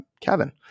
Kevin